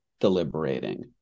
deliberating